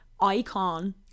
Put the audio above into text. Icon